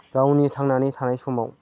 गावनि थांनानै थानाय समाव